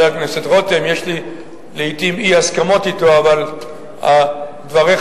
העדפה מתקנת שהתקבלה הן בשורה של דברי